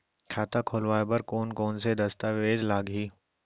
खाता खोलवाय बर कोन कोन से दस्तावेज लागही?